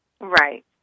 Right